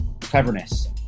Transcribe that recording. cleverness